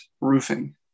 roofing